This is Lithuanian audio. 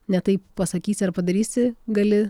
ne taip pasakysi ar padarysi gali